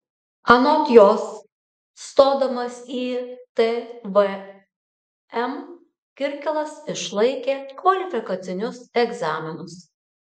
anot jos stodamas į tvm kirkilas išlaikė kvalifikacinius egzaminus